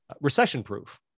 recession-proof